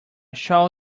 shall